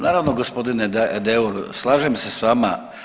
Naravno gospodine Deur, slažem se s vama.